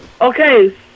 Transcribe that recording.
Okay